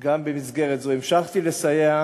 גם במסגרת זו המשכתי לסייע